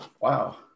Wow